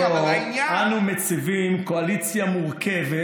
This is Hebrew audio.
מול התרבות הזו אנו מציבים קואליציה מורכבת,